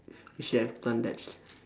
you should have done that